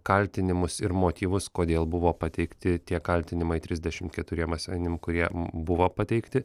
kaltinimus ir motyvus kodėl buvo pateikti tie kaltinimai trisdešimt keturiem asmenim kurie buvo pateikti